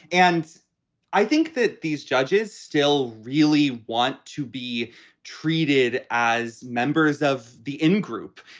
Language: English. and i think that these judges still really want to be treated as members of the ingroup,